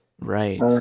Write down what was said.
right